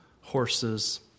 horses